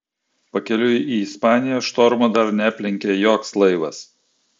pakeliui į ispaniją štormo dar neaplenkė joks laivas